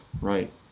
right